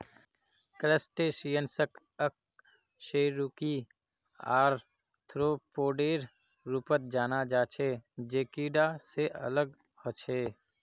क्रस्टेशियंसक अकशेरुकी आर्थ्रोपोडेर रूपत जाना जा छे जे कीडा से अलग ह छे